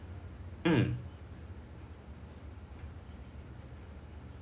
mm